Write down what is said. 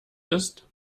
ist